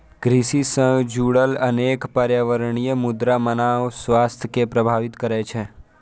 कृषि सं जुड़ल अनेक पर्यावरणीय मुद्दा मानव स्वास्थ्य कें प्रभावित करै छै